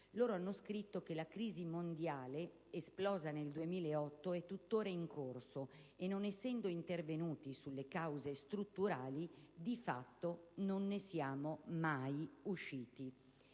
di riflessione - la crisi mondiale, esplosa nel 2008, è tuttora in corso e non essendo intervenuti sulle cause strutturali, di fatto non ne siamo mai usciti.